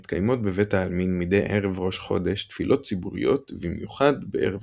מתקיימות בבית העלמין מדי ערב ראש חודש תפילות ציבוריות ובמיוחד בערב